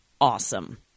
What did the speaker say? awesome